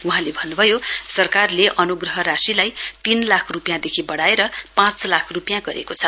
वहाँले भन्नुभयो सरकारले अनुग्रह राशिलाई तीन लाख रुपियाँदेखि बढाएर पाँच लाख रुपियाँ गरेको छ